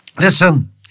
Listen